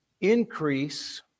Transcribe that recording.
Increase